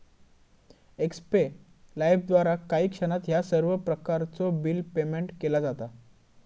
एक्स्पे लाइफद्वारा काही क्षणात ह्या सर्व प्रकारचो बिल पेयमेन्ट केला जाता